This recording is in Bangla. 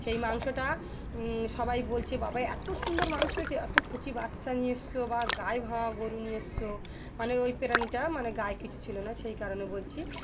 সেই মাংসটা সবাই বলছে বাবা এত সুন্দর মাংস হয়েছে এত কচি বাচ্চা নিয়ে এসছ বা গায়ে ভাঙা গরু নিয়ে এসছ মানে ওই প্রাণী মানে গায়ে কিছু ছিল না সেই কারণে বলছি